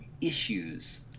issues